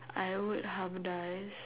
I would hybridise